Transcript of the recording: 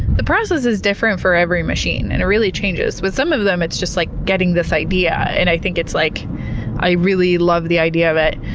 the process is different for every machine and it really changes. with some of them, it's just like getting this idea and i think like i really love the idea of it.